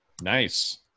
Nice